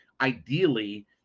ideally